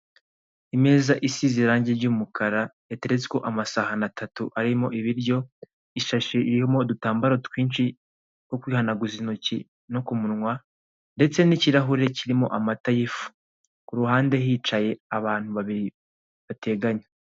Imeza isize irangi ry'umukara yateretsweho amasahani atatu arimo ibiryo, ishashi irimo udutambaro twinshi two kwihanaguza intoki no ku munwa, ndetse n'ikirahure kirimo amata y'ifu, ku ruhande hicaye abantu babiri bateganye.